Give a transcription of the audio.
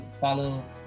follow